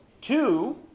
Two